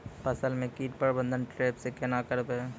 फसल म कीट प्रबंधन ट्रेप से केना करबै?